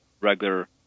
regular